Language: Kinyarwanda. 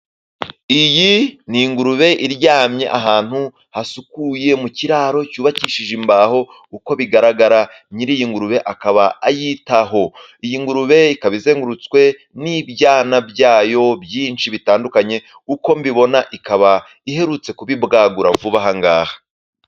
Iyi ni ingurube iryamye ahantu hasukuye mu kiraro cyubakishije imbaho uko bigaragara nyir'i iyi ngurube akaba ayitaho. Iyi ngurube ikaba izengurutswe n'ibyana byayo byinshi bitandukanye uko mbibona ikaba iherutse kubibwagura vuba aha ngaha.